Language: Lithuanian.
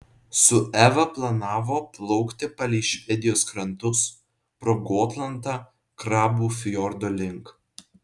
su eva planavo plaukti palei švedijos krantus pro gotlandą krabų fjordo link